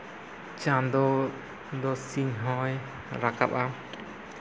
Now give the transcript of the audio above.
ᱪᱟᱸᱫᱚ ᱫᱚ ᱥᱤᱧ ᱦᱚᱸᱭ ᱨᱟᱠᱟᱵᱟ